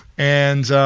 and,